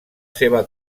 seva